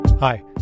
Hi